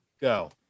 Go